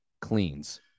cleans